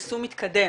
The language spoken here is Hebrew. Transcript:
יישום מתקדם.